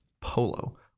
polo